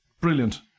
brilliant